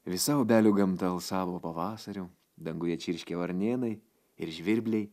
visa obelių gamta alsavo pavasariu danguje čirškė varnėnai ir žvirbliai